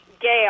Gail